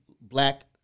black